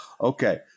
Okay